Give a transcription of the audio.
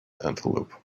antelope